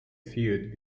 feud